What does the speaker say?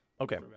Okay